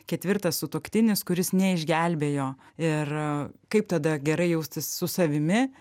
ketvirtas sutuoktinis kuris neišgelbėjo ir kaip tada gerai jaustis su savimi